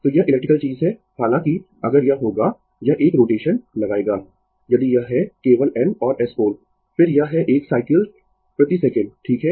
तो यह इलेक्ट्रिकल चीज है हालांकि अगर यह होगा यह एक रोटेशन लगाएगा यदि यह है केवल N और S पोल फिर यह है 1 साइकल्स प्रति सेकंड ठीक है